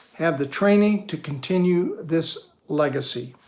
have the training to continue this legacy.